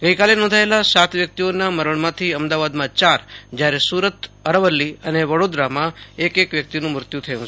આજે નોંધાયેલા સાત વ્યક્તિઓના મરણમાંથી અમદાવાદમાં ચાર સુરત અરવલ્લી અને વડોદરામાં એક એક વ્યક્તિનું મૃત્યુ થયું છે